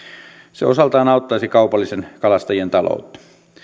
se osaltaan auttaisi kaupallisten kalastajien taloutta